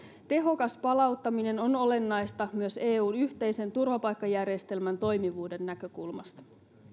tehokas palauttaminen on olennaista myös eun yhteisen turvapaikkajärjestelmän toimivuuden näkökulmasta